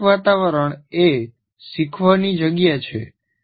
ભૌતિક વાતાવરણ એ શીખવાની જગ્યા છે